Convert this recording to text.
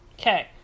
Okay